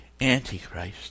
Antichrist